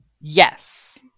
yes